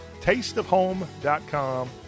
tasteofhome.com